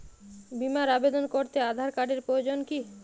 বিমার আবেদন করতে আধার কার্ডের প্রয়োজন কি?